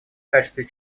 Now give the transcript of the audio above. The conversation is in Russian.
качестве